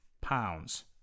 pounds